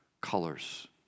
colors